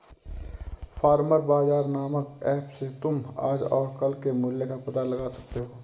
farmer बाजार नामक app से तुम आज और कल के मूल्य का पता लगा सकते हो